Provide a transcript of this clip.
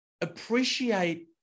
appreciate